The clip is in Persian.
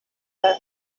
دارد